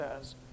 says